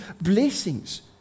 blessings